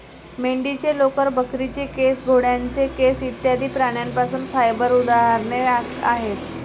मेंढीचे लोकर, बकरीचे केस, घोड्याचे केस इत्यादि प्राण्यांच्या फाइबर उदाहरणे आहेत